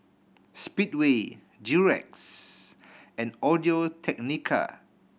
Speedway Durex and Audio Technica